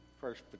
first